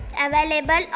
available